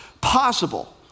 possible